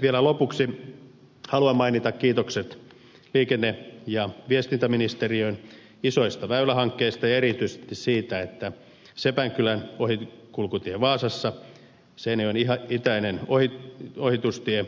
vielä lopuksi haluan mainita kiitokset liikenne ja viestintäministeriöön isoista väylähankkeista ja erityisesti siitä että sepänkylän ohikulkutie vaasassa seinäjoen itäinen ohitustie